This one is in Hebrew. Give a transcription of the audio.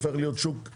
שהופך להיות מסחרי,